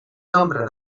nombre